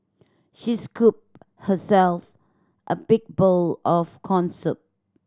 she scooped herself a big bowl of corn soup